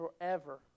forever